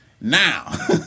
Now